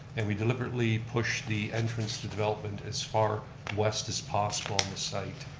and we deliberately pushed the entrance to development as far west as possible on the site.